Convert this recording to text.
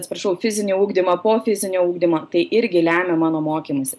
atsiprašau fizinį ugdymą po fizinio ugdymo tai irgi lemia mano mokymąsi